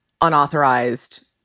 unauthorized